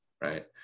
right